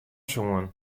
soene